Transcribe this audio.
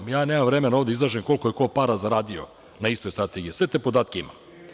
Nemam vremena ovde da izlažem koliko je ko para zaradio na istoj Strategiji, sve te podatke imam.